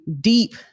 deep